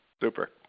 Super